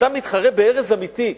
אתה מתחרה בארז אמיתי.